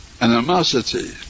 animosity